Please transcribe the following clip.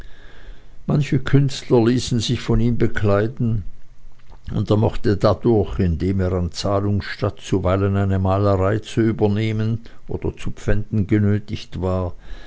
manche künstler ließen sich von ihm bekleiden und er mochte dadurch indem er an zahlungsstatt zuweilen eine malerei zu übernehmen oder zu pfänden genötigt war